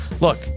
look